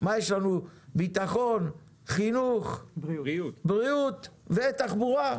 יש לנו ביטחון, חינוך, בריאות ותחבורה.